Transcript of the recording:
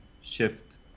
shift